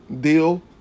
Deal